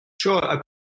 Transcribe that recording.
Sure